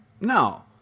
No